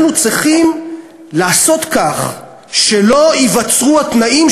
אנחנו צריכים לעשות כך שלא ייווצרו התנאים